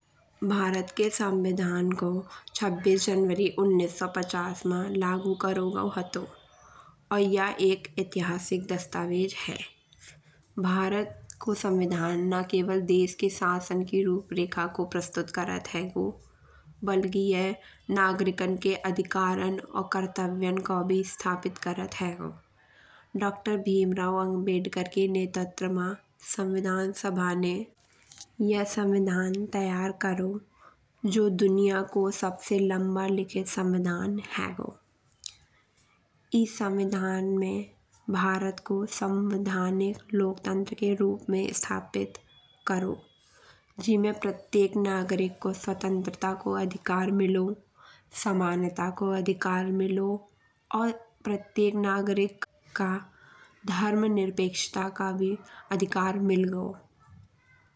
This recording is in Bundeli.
भारत के संविधान को छब्बीस जनवरी उन्नीस सौ पचास मा लागू करो गाओ हतो। और यह एक ऐतिहासिक दस्तावेज है। भारत को संविधान ना केवल देश के शासन के रूप रेखा को प्रस्तुत करत हैगो। बल्कि यह नागरिकन के अधिकारन और कर्तव्यान को भी स्थापित करत हैगो। डॉक्टर भीमराव अंबेडकर के नेतृत्व मा संविधान सभा ने यह संविधान तैयार करो। जो दुनिया को सबसे लाम्बो लिखित संविधान हैगो। ई संविधान में भारत को संवैधानिक लोकतंत्र के रूप में स्थापित करो। जिमे प्रत्येक नागरिक को स्वतंत्रता को अधिकार मिलो, समानता को अधिकार मिलो। और प्रत्येक नागरिक का धर्म निरपेक्षता का भी अधिकार मिल गाओ।